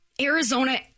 Arizona